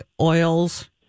oils